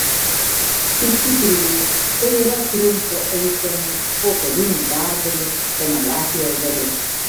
iš tikrųjų tai yra triumfo eisenų po karinių pergalių scenografijos dalis